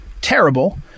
terrible